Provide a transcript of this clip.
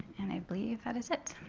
and i believe that is it.